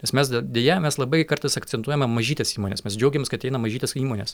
nes mes deja mes labai kartais akcentuojame mažytes įmones mes džiaugiamės kad eina mažytės įmonės